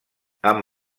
amb